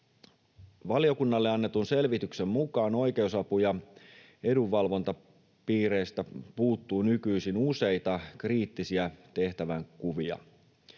Valiokunnalle annetun selvityksen mukaan oikeusapu- ja edunvalvontapiireistä puuttuu nykyisin useita kriittisiä tehtävänkuvia.